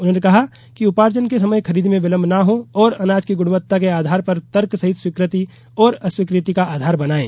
उन्होंने कहा कि उपार्जन के समय खरीदी में विलम्ब न हो और अनाज की गुणवत्ता के आधार पर तर्क सहित स्वीकृत और अस्वीकृत का आधार बनायें